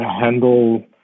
handle